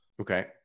okay